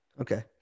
Okay